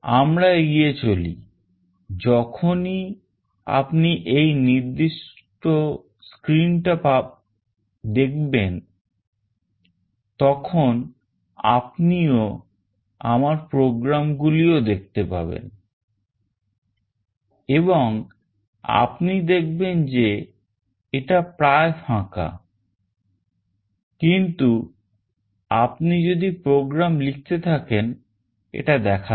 আমরা এগিয়ে চলি যখনই আপনি এই নির্দিষ্ট screen টা দেখবেন তখন আপনিও আমার program গুলিও দেখতে পাবেন এবং আপনি দেখবেন যে এটা প্রায় ফাঁকাকিন্তু আপনি যদি program লিখতে থাকেন এটা দেখাবে